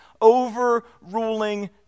overruling